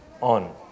on